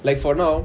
like for now